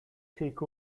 take